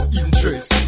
interest